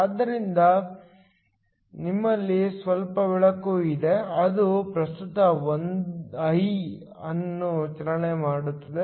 ಆದ್ದರಿಂದ ನಿಮ್ಮಲ್ಲಿ ಸ್ವಲ್ಪ ಬೆಳಕು ಇದೆ ಅದು ಪ್ರಸ್ತುತ I ಅನ್ನು ಚಾಲನೆ ಮಾಡುತ್ತದೆ